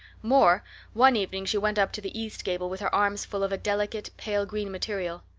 more one evening she went up to the east gable with her arms full of a delicate pale green material.